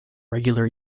regular